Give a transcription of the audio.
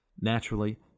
Naturally